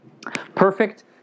Perfect